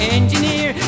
engineer